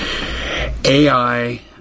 AI